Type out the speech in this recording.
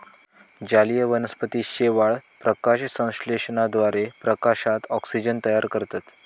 जलीय वनस्पती शेवाळ, प्रकाशसंश्लेषणाद्वारे प्रकाशात ऑक्सिजन तयार करतत